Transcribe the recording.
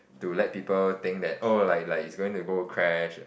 to let people think that oh like like it's gonna go crash